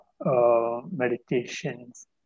meditations